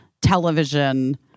television